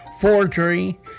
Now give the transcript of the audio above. forgery